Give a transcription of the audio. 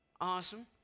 Awesome